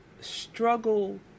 struggle